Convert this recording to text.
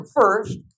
first